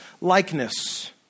likeness